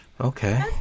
okay